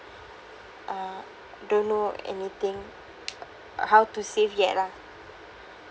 uh don't know anything how to save yet ah